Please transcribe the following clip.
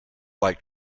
like